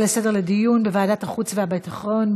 לסדר-היום לדיון בוועדת החוץ והביטחון.